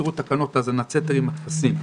תראו תקנות האזנת סתר עם הטפסים.